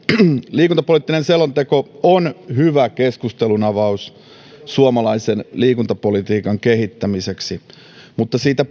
liikuntapoliittinen selonteko on hyvä keskustelunavaus suomalaisen liikuntapolitiikan kehittämiseksi mutta siitä